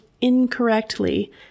incorrectly